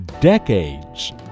decades